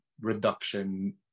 reduction